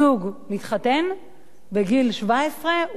זוג מתחתן בגיל 17,